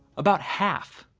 about half.